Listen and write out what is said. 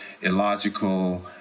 illogical